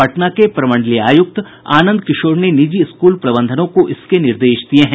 पटना के प्रमंडलीय आयुक्त आनंद किशोर ने निजी स्कूल प्रबंधनों को इसके निर्देश दिये हैं